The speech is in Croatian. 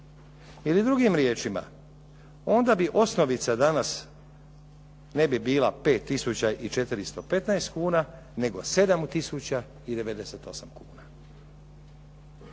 Ili drugim riječima, onda bi osnovica danas ne bi bila 5 tisuća i 415 kuna